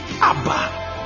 Abba